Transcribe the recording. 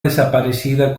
desaparecida